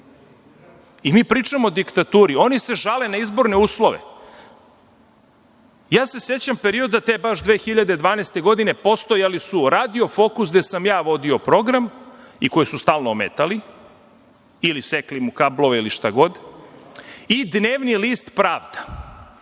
I mi pričamo o diktaturi. Oni se žale na izborne uslove.Sećam se perioda te baš 2012. godine, postojali su Radio Fokus, gde sam ja vodio program, i koje su stalno ometali, ili sekli mu kablove, ili šta god, i dnevni list „Pravda“.